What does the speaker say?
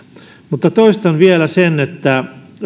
mutta toistan vielä sen että